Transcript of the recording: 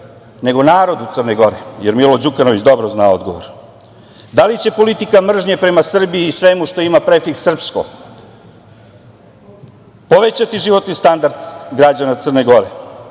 nego narodu Crne Gore, jer Milo Đukanović dobro zna odgovor - da li će politika mržnje prema Srbiju i svemu što ima prefiks srpsko povećati životni standard građana Crne Gore?